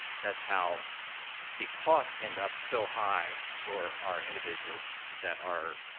that's how the costs end up so high for our individuals that are,